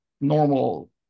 normal